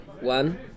one